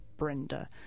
Brenda